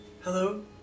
hello